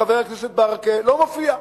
חבר הכנסת ברכה, לא מופיע.